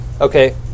Okay